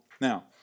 Now